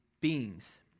beings